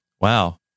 Wow